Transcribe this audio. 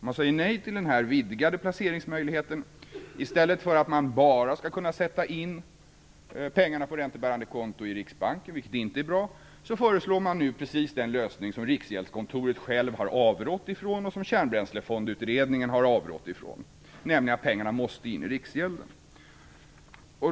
Man säger nej till den vidgade placeringsmöjligheten; i stället för att man bara skall kunna sätta in pengarna på räntebärande konto i Riksbanken, vilket inte är bra, föreslår man nu precis den lösning som såväl Riksgäldskontoret självt som Kärnbränslefondsutredningen har avrått från, nämligen att pengarna måste in i Riksgäldskontoret.